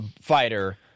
fighter—